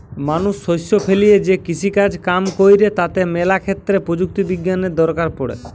মানুষ শস্য ফলিয়ে যে কৃষিকাজ কাম কইরে তাতে ম্যালা ক্ষেত্রে প্রযুক্তি বিজ্ঞানের দরকার পড়ে